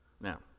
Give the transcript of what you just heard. Now